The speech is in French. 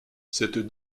cette